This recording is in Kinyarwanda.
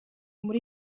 muri